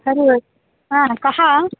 हरिः ओम् हा कः